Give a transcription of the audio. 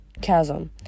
chasm